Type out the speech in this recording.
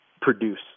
produce